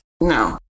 No